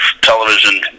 television